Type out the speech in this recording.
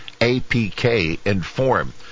APK-Inform